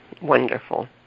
wonderful